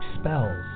spells